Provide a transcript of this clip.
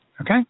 okay